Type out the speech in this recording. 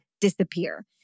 disappear